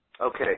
Okay